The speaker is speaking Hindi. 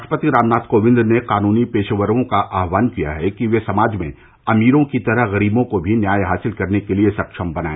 राष्ट्रपति रामनाथ कोविंद ने कानूनी पेशेवरों का आह्वान किया है कि वे समाज में अमीरों की तरह गरीबों को भी न्याय हासिल करने के लिए सक्षम बनाए